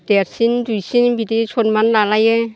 देरसिन दुइसिन बिदि सन्मान लालायो